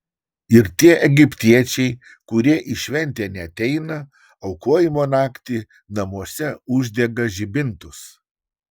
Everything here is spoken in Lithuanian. ir tie egiptiečiai kurie į šventę neateina aukojimo naktį namuose uždega žibintus